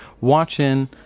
watching